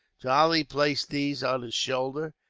charlie placed these on his shoulder,